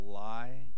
lie